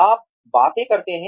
आप बातें करते हैं